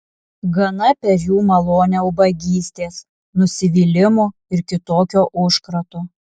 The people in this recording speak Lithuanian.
gana per jų malonę ubagystės nusivylimo ir kitokio užkrato